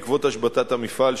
בעקבות השבתת המפעל,